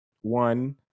one